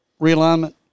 realignment